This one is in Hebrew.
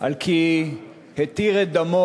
על כי התיר את דמו